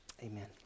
Amen